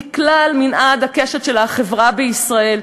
מכלל מנעד הקשת של החברה בישראל,